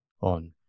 on